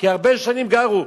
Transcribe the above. כי הרבה שנים גרו,